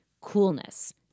coolness